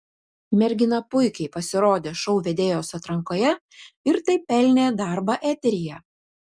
mergina puikiai pasirodė šou vedėjos atrankoje ir taip pelnė darbą eteryje